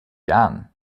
jahren